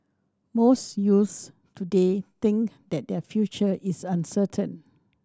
most youths today think that their future is uncertain